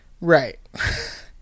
Right